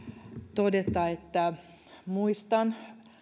todeta että muistan